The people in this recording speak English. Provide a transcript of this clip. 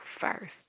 first